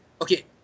okay